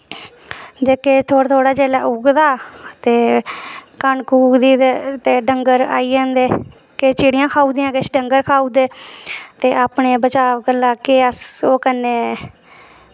जेह्के थोह्ड़ा थोह्ड़ा जेल्लै उगदा ते कनक उगदी ते ते डंगर आई जन्दे किश चिड़ियां खाऊड़ दियां किश डंगर खाऊड़ दे ते अपने बचाव गल्ला के अस ओह् करने